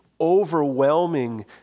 overwhelming